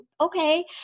Okay